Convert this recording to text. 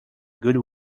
good